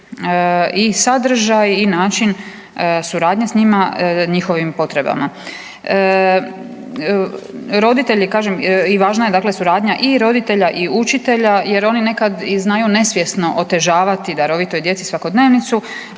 i sadržaj i način suradnje s njima, njihovim potrebama. Roditelji kažem i važna je dakle suradnja i roditelja i učitelja, jer oni nekada i znaju nesvjesno otežavati darovitoj djeci svakodnevnicu,